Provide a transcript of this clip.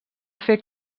fer